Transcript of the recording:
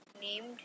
named